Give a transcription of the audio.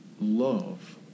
love